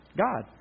God